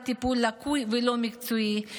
לגרום לטיפול לקוי ולא מקצועי,